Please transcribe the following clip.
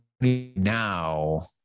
now